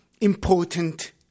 important